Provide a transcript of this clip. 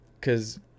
cause